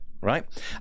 right